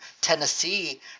Tennessee